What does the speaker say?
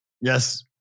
Yes